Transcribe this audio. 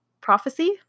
prophecy